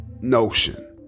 notion